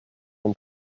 von